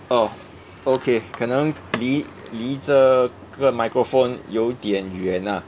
oh okay 可能离离这个 microphone 有点远 ah